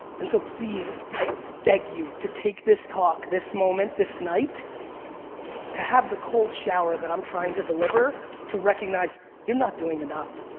and so please, i beg you to take this talk, this moment, this night to have the cold shower that i'm trying to deliver to recognize you're not doing enough.